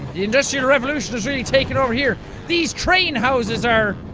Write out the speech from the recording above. industrial revolution is really taking over here these train houses are.